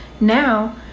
Now